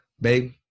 Babe